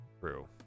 True